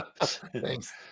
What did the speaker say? thanks